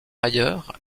ailleurs